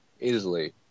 easily